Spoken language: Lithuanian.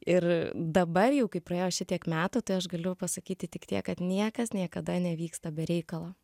ir dabar jau kai praėjo šitiek metų tai aš galiu pasakyti tik tiek kad niekas niekada nevyksta be reikalo